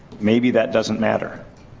maybe that doesn't matter.